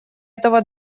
этого